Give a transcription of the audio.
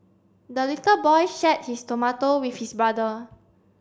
the little boy shared his tomato with his brother